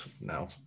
now